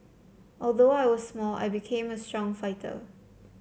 although I was small I became a strong fighter